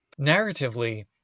Narratively